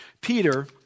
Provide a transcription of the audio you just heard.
Peter